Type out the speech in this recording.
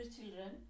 children